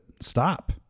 stop